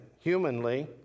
humanly